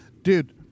Dude